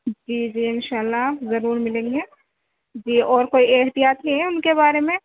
جی جی اِنشاء اللہ ضرور مِلیں گے جی اور کوئی احتیاط ہے اُن کے بارے میں